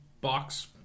box